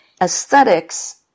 aesthetics